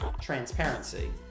transparency